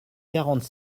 quarante